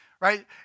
right